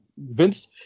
Vince